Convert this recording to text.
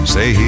Say